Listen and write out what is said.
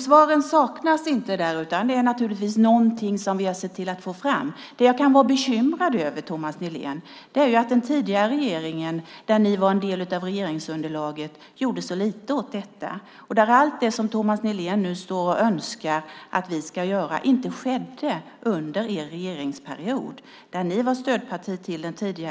Svaren saknas alltså inte, utan de är naturligtvis någonting som vi har sett till att få fram. Det jag kan vara bekymrad över, Thomas Nihlén, är att den tidigare regeringen, och ni utgjorde en del av regeringsunderlaget, gjorde så lite åt detta. Allt det som Thomas Nihlén nu står och önskar att vi ska göra skedde inte under den förra regeringsperioden när ni var stödpartier till